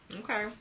okay